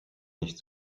nicht